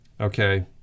okay